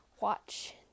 watch